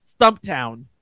Stumptown